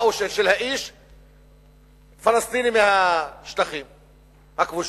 או האיש פלסטינים מהשטחים הכבושים.